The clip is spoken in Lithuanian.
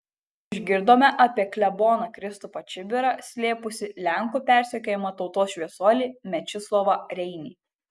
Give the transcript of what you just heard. išgirdome apie kleboną kristupą čibirą slėpusį lenkų persekiojamą tautos šviesuolį mečislovą reinį